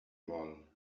vol